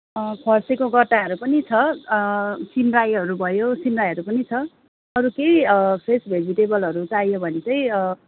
फर्सीको गट्टाहरू पनि छ सिमरायोहरू भयो सिमरायोहरू पनि छ अरू केही फ्रेस भेजिटेबलहरू चाहियो भने चाहिँ